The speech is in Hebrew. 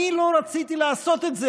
אני לא רציתי לעשות את זה,